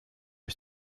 ich